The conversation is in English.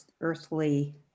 earthly